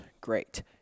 Great